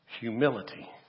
humility